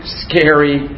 scary